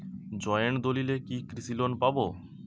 Joint দলিলে কি কৃষি লোন পাব?